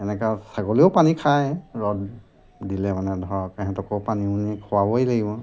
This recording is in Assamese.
এনেকে ছাগলীয়েও পানী খায় ৰ'দ দিলে মানে ধৰক সিহঁতকো পানী দুনি খোৱাবই লাগিব